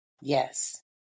Yes